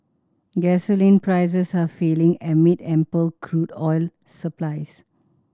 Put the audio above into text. gasoline prices are falling amid ample crude oil supplies